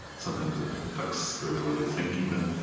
sometimes it affects the ability to think, even,